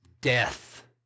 death